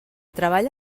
treballa